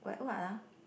what what ah